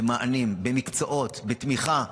במענים, במקצועות, בתמיכה.